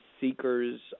seekers